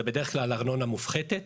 זה בדרך כלל ארנונה מופחתת.